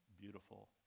beautiful